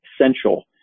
essential